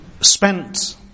spent